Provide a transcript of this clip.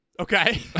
Okay